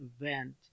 event